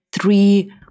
three